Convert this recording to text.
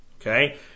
okay